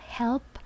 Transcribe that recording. help